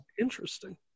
Interesting